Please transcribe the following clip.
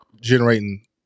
generating